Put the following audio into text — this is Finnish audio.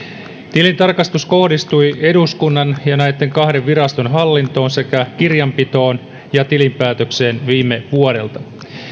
tilintarkastus kohdistui eduskunnan ja näitten kahden viraston hallintoon sekä kirjanpitoon ja tilinpäätökseen viime vuodelta